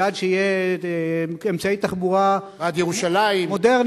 ובעד שיהיה אמצעי תחבורה מודרני, בעד ירושלים.